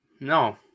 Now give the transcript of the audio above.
No